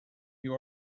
you